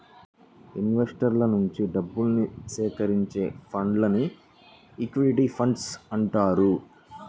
ఇన్వెస్టర్ల నుంచి డబ్బుని సేకరించే ఫండ్స్ను ఈక్విటీ ఫండ్స్ అంటారు